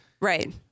right